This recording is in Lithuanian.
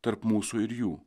tarp mūsų ir jų